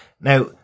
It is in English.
Now